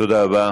תודה רבה.